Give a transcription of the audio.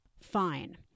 fine